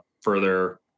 further